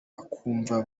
bakumva